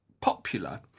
popular